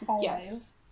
Yes